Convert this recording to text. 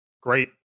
great